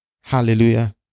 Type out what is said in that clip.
hallelujah